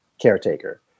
caretaker